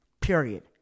Period